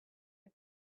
had